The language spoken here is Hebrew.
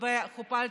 בחופה אלטרנטיבית.